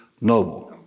noble